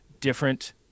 different